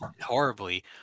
horribly